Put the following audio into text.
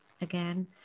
again